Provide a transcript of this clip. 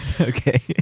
Okay